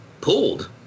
pulled